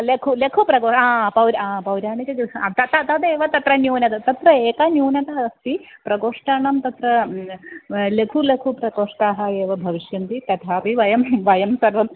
लघु लघु प्रकोष्ठम् आ पौराणिकं पौराणिकं गृहं तथा तदेव तत्र न्यूना तत्र एका न्यूनता अस्ति प्रकोष्ठानां तत्र लघु लघु प्रकोष्ठाः एव भविष्यन्ति तथापि वयं वयं सर्वं